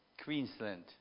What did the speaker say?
Queensland